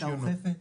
האוכפת.